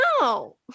no